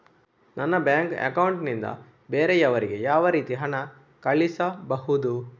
ನನ್ನ bank account ನಿಂದ ಬೇರೆಯವರಿಗೆ ಯಾವ ರೀತಿ ಹಣ ಕಳಿಸಬಹುದು?